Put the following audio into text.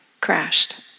crashed